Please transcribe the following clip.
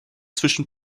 zwischen